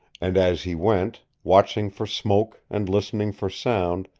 and as he went, watching for smoke and listening for sound,